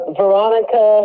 veronica